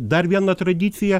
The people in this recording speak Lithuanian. dar vieną tradicija